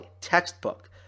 textbook